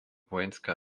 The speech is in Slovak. vojenská